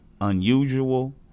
unusual